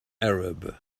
arab